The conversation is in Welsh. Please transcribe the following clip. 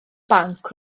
banc